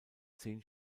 zehn